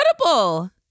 incredible